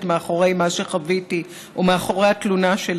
מאחורי מה שחוויתי או מאחורי התלונה שלי.